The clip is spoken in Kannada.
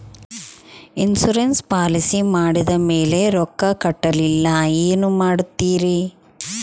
ಇನ್ಸೂರೆನ್ಸ್ ಪಾಲಿಸಿ ಮಾಡಿದ ಮೇಲೆ ರೊಕ್ಕ ಕಟ್ಟಲಿಲ್ಲ ಏನು ಮಾಡುತ್ತೇರಿ?